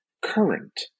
current